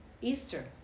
Easter